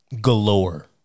galore